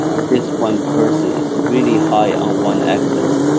this one person is really high on one axis,